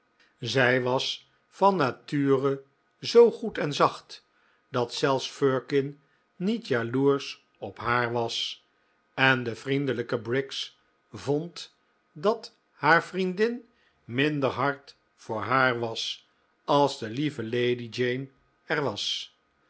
zij was van nature zoo goed en zacht dat zelfs firkin niet jaloersch op haar was en de vriendelijke briggs vond dat haar vriendin minder hard voor haar was als de lieve lady jane er was